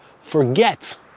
forget